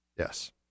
Yes